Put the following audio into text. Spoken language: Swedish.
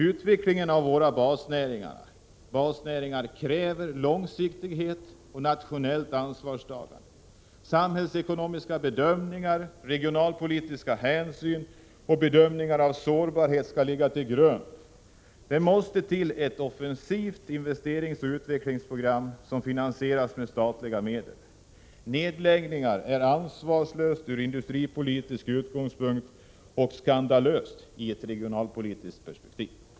Utvecklingen av våra basnäringar kräver långsiktighet och nationellt ansvarstagande. Samhällsekonomiska bedömningar, regionalpolitiska hänsyn och bedömningar av sårbarhet skall ligga till grund. Det måste till ett offensivt investeringsoch utvecklingsprogram som finansieras med statliga medel. Att genomföra nedläggningar är ansvarslöst från industripolitisk utgångspunkt och skandalöst i ett regionalpolitiskt perspektiv.